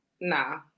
nah